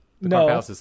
no